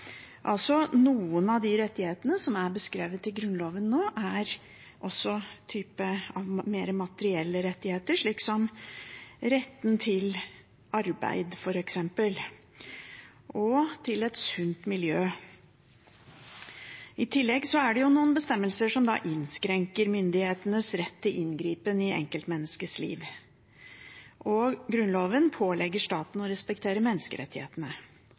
Noen av de rettighetene som er beskrevet i Grunnloven nå, er altså også av typen mer materielle rettigheter, slik som retten til arbeid, f.eks., og til et sunt miljø. I tillegg er det noen bestemmelser som innskrenker myndighetenes rett til inngripen i enkeltmenneskets liv. Grunnloven pålegger staten å respektere menneskerettighetene.